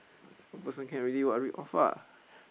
one person can already [what] read off ah